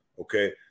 okay